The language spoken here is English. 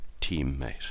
teammate